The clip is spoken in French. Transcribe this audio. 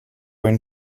une